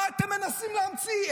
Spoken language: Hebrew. מה אתם מנסים להמציא?